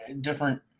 different